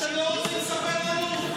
שאתם לא רוצים לספר לנו?